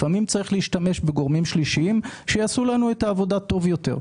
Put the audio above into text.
לפעמים צריך להשתמש בגורמים שלישיים שיעשו לנו את העבודה טוב יותר.